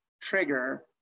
trigger